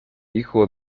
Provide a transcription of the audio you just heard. hijo